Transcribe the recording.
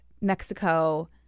Mexico